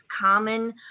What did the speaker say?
common